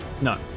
No